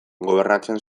gobernatzen